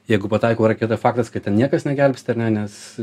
jeigu pataiko raketa faktas kad ten niekas negelbsti ar ne nes